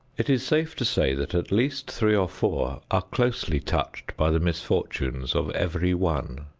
it is safe to say that at least three or four are closely touched by the misfortune of every one.